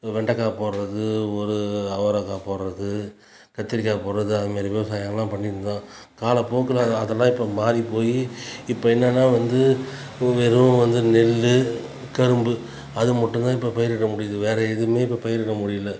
வெண்டைக்காய் போடுறது ஒரு அவரைக்காய் போடுறது கத்திரிக்காய் போடுறது அந்தமாதிரி விவசாயம்லாம் பண்ணிருந்தோம் காலப்போக்கில் அதெலாம் இப்போ மாதிரி போய் இப்போது என்னனா வந்து எதுவும் வந்து நெல் கரும்பு அது மட்டுந்தான் இப்போ பயிரிட முடியாது வேற எதுவுமே இப்போ பயிரிட முடியல